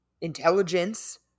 intelligence